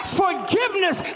forgiveness